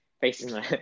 facing